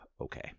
okay